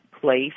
place